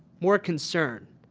more concern